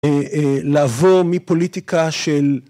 לבוא מפוליטיקה של